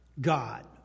God